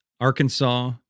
Arkansas